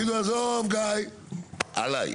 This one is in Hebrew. יגידו עזוב גיא, עליי.